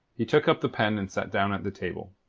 he took up the pen and sat down at the table.